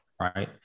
Right